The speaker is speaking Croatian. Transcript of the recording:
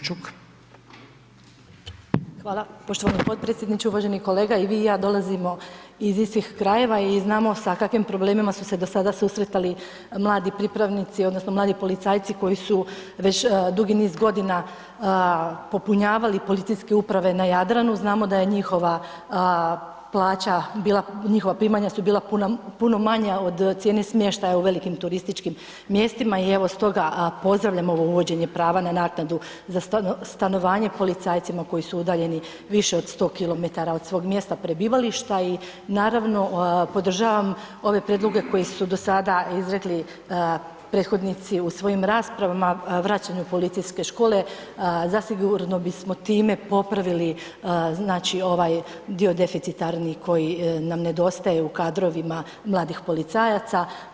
Hvala poštovani potpredsjedniče, uvaženi kolega i vi i ja dolazimo iz istih krajeva i znamo sa kakvim problemima su se do sada susretali mladi pripravnici odnosno mladi policajci koji su već dugi niz godina popunjavali policijske uprave na Jadranu, znamo da je njihova plaća, njihova primanja su bila puno manja od cijene smještaja u velikim turističkim mjestima i evo s toga pozdravljam ovo uvođenje prava na naknadu za stanovanje policajcima koji su udaljeni više od 100 km od svog mjesta prebivališta i naravno podržavam ove prijedloge koje su do sada izrekli prethodnici u svojim raspravama, vraćanju policijske škole, zasigurno bismo time popravili znači ovaj dio deficitarni koji nam nedostaje u kadrovima mladih policajaca.